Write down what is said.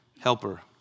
helper